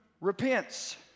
repents